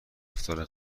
رفتار